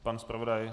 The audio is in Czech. Pan zpravodaj?